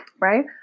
right